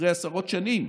אחרי עשרות שנים,